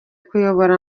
kuyobora